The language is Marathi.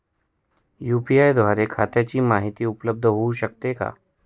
यू.पी.आय द्वारे खात्याची माहिती उपलब्ध होऊ शकते का?